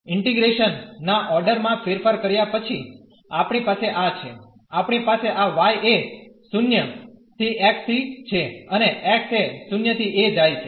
integration ના order માં ફેરફાર કર્યા પછી આપણી પાસે આ છે આપણી પાસે આ y એ 0 ¿x થી છે અને x એ 0 ¿a જાય છે